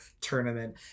tournament